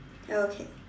okay